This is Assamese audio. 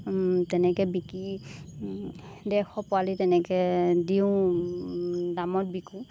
তেনেকৈ বিকি ডেৰশ পোৱালি তেনেকৈ দিওঁ দামত বিকোঁ